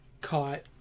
caught